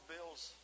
Bill's